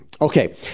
okay